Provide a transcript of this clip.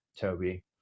Toby